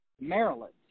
Maryland